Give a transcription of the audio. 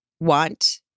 want